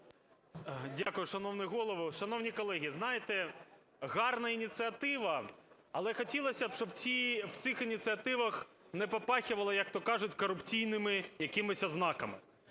Дякую, шановний Голово. Шановні колеги, знаєте, гарна ініціатива, але хотілось би, щоб в цих ініціативах не попахивало, як то кажуть, корупційними якимись ознаками.